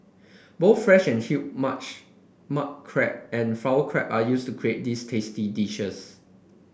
both fresh and huge much mud crab and flower crab are used to create these tasty dishes